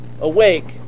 Awake